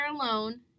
alone